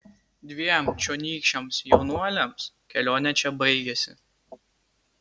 dviem čionykščiams jaunuoliams kelionė čia baigėsi